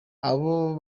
abo